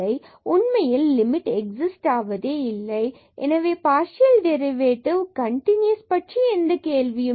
உண்மையில் limited exist இல்லை எனவே பார்சியல் டெரிவேட்டிவ் கண்டினுயஸ் பற்றி எந்த கேள்வியும் இல்லை